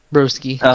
Broski